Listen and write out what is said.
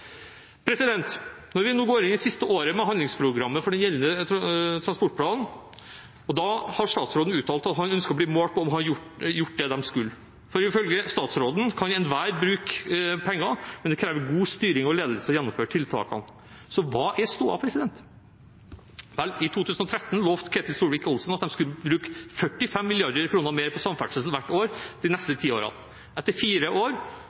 Nå går vi inn i det siste året med handlingsprogrammet for den gjeldende transportplanen, og statsråden har uttalt at han ønsker å bli målt på om han har gjort det de skulle. For ifølge statsråden er det slik: «Enhver dott kan bruke penger, men det krever god styring og ledelse for å gjennomføre tiltakene.» Så hva er stoda? Vel, i 2013 lovte Ketil Solvik-Olsen at de skulle bruke 45 mrd. kr mer på samferdsel hvert år de neste ti årene. Etter fire år